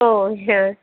ഓ ഞാൻ